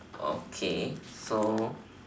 okay so